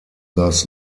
das